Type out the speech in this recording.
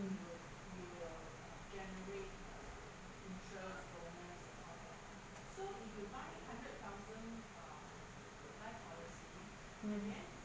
mm